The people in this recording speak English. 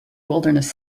wilderness